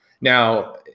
Now